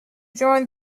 joined